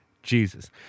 jesus